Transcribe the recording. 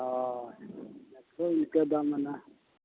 ᱦᱳᱭ ᱚᱱᱟ ᱠᱚ ᱤᱱᱠᱟᱹ ᱫᱟᱢ ᱢᱮᱱᱟᱜᱼᱟ